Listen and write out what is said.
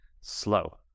slow